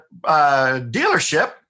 dealership